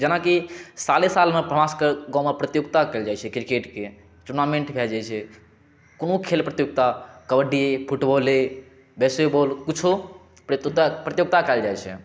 जेनाकि साले सालमे हमरा सबके गाँवमे प्रतियोगिता कयल जाइ छै क्रिकेटके टूर्नामेंट भए जाइ छै कोनो खेल प्रतियोगिता कबड्डी फुटबॉले बेसेबॉल कुछो प्रतियोगिता प्रतियोगिता कयल जाइ छै